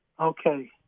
Okay